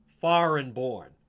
foreign-born